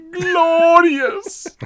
glorious